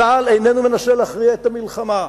צה"ל איננו מנסה להכריע את המלחמה,